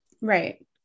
right